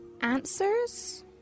answers